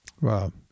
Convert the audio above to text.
Wow